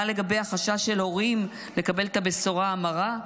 מה לגבי החשש של הורים לקבל את הבשורה המרה?